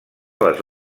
les